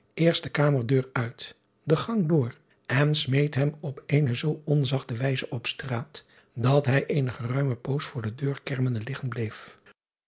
de kamerdeur uit den gang door en smeet hem op eene zoo onzachte wijze op straat dat hij eene geruime poos voor de deur kermende liggen bleef